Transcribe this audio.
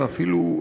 ואפילו,